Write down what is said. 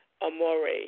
amore